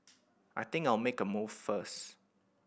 I think I'll make a move first